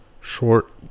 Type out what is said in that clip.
short